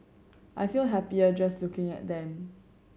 I feel happier just looking at them